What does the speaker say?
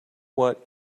what